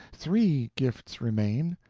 three gifts remain.